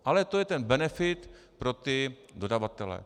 Ale to je ten benefit pro dodavatele.